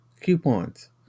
coupons